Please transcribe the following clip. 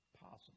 possible